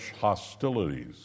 hostilities